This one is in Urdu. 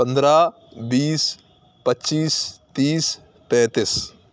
پندرہ بیس پچیس تیس پینتیس